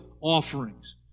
offerings